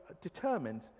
determined